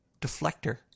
deflector